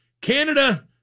Canada